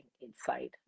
inside